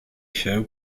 się